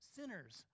sinners